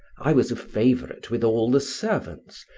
i was a favourite with all the servants,